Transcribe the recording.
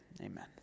Amen